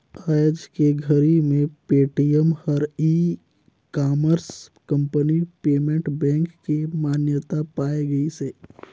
आयज के घरी मे पेटीएम हर e commerce company payment bank के मान्यता पाए गइसे